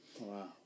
Wow